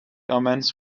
omens